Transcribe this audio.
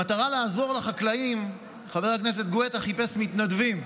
במטרה לעזור לחקלאים חבר הכנסת גואטה חיפש מתנדבים,